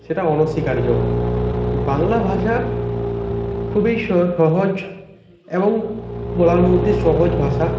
সেটা অনস্বীকার্য বাংলা ভাষা খুবই স সহজ এবং বলার মধ্যে সহজ ভাষা